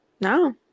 no